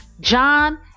John